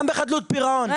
גם בחדלות פירעון,